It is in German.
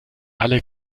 alle